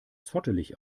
zottelig